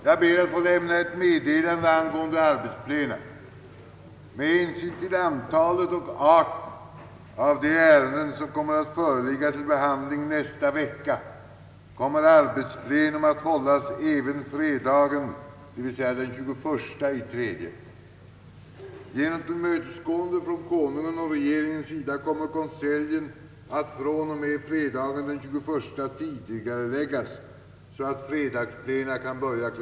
Jag ber att få lämna ett meddelande angående arbetsplena. Med hänsyn till antalet och arten av de ärenden som kommer att föreligga till behandling nästa vecka kommer arbetsplenum att hållas även på fredagen, dvs. den 21/3. Genom tillmötesgående från Konungens och regeringens sida kommer konseljen att från och med fredagen den 21 tidigareläggas så att fredagsplena kan börja kl.